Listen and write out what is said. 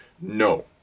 no